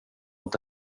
inte